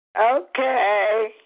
Okay